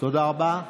תודה רבה.